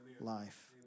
life